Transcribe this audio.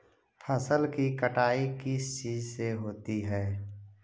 फसल की कटाई किस चीज से होती है?